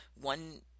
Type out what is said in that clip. one